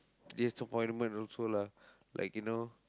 disappointment also lah like you know